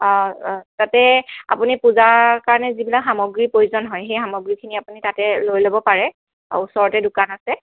অঁ তাতে আপুনি পূজাৰ কাৰণে যিবিলাক সামগ্ৰীৰ প্ৰয়োজন হয় সেই সামগ্ৰীখিনি আপুনি তাতে লৈ ল'ব পাৰে ওচৰতে দোকান আছে